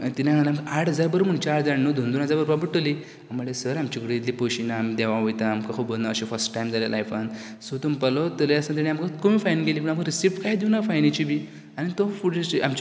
तेणें सांगलें आमकां आठ हजार भर म्हण चार जाण न्हू दोन दोन हजार भरपाक पडटली आमी म्हणलें सर आमचे कडेन इतले पयशे ना आमी देवा वयता आमकां खबर ना अशें फस्ट टायम जालें लायफान सो तो म्हणपाक लागलो तरी आसतना तेणी आमकां कमी फायन दिली सो तेणी आमकां रसिप्ट कांय दिवना फायनीची बी आनी तो फुडें आमच्या